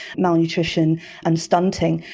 malnutrition and stunting.